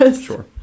Sure